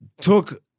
took